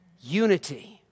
Unity